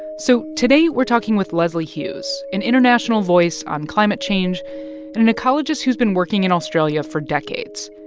so today, we're talking with lesley hughes, an international voice on climate change and an ecologist who's been working in australia for decades.